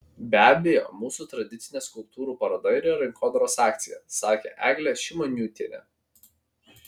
be abejo mūsų tradicinė skulptūrų paroda yra rinkodaros akcija sakė eglė šimoniūtienė